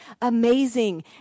amazing